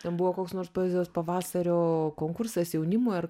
ten buvo koks nors poezijos pavasario konkursas jaunimui ar